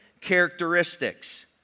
characteristics